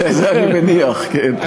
זה אני מניח, כן.